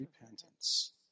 repentance